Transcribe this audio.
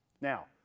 Now